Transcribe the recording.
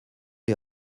les